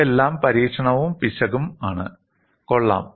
ഇതെല്ലാം പരീക്ഷണവും പിശകും ആണ് കൊള്ളാം